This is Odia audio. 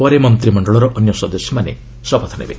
ପରେ ମନ୍ତ୍ରିମଣ୍ଡଳର ଅନ୍ୟ ସଦସ୍ୟମାନେ ଶପଥ ନେବେ